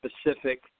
specific